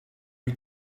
you